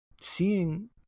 seeing